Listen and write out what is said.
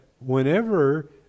whenever